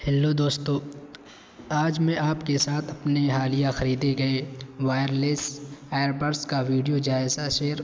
hello دوستو آج میں آپ کے ساتھ اپنے حالیہ خریدے گئے وائرلیس ایربرس کا ویڈیو جائزہ شیئر